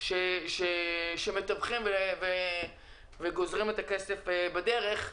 שמתווכים וגוזרים את הכסף בדרך?